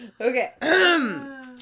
Okay